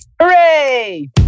hooray